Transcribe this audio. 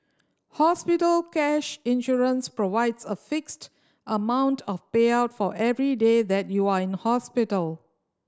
hospital cash insurance provides a fixed amount of payout for every day that you are in hospital